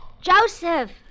Joseph